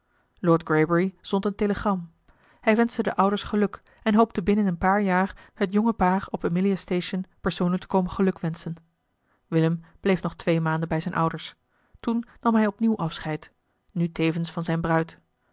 greybury zond een telegram hij wenschte den ouders geluk en hoopte binnen een paar jaar het jonge paar op emilia station persoonlijk te komen gelukwenschen willem bleef nog twee maanden bij zijne ouders toen nam hij opnieuw afscheid nu tevens van zijne bruid